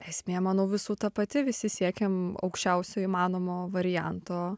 esmė manau visų ta pati visi siekiam aukščiausio įmanomo varianto